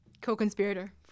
co-conspirator